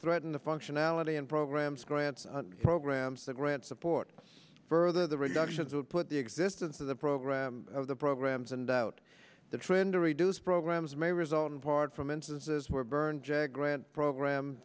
threaten the functionality and programs grants programs that grant support further the reductions would put the existence of the program of the programs and out the trend to reduce programs may result in part from instances where burn jag grant program